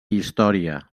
història